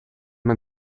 man